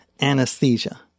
anesthesia